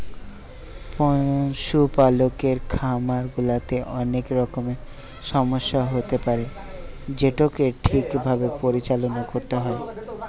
পশুপালকের খামার গুলাতে অনেক রকমের সমস্যা হতে পারে যেটোকে ঠিক ভাবে পরিচালনা করতে হয়